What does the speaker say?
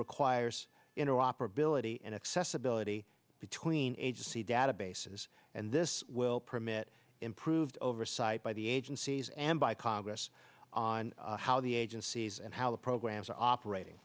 interoperability and accessibility between agency databases and this will permit improved oversight by the agencies and by congress on how the agencies and how the programs are operating